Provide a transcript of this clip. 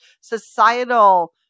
societal